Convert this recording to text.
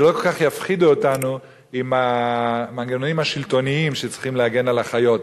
שלא כל כך יפחידו אותנו עם המנגנונים השלטוניים שצריכים להגן על החיות.